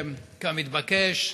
כמתבקש,